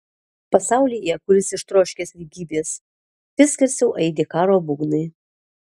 pasaulyje kuris ištroškęs lygybės vis garsiau aidi karo būgnai